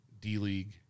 D-league